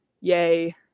Yay